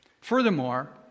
Furthermore